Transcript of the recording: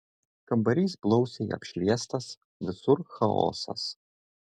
kambarys blausiai apšviestas visur chaosas